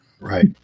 right